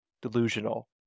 delusional